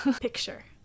Picture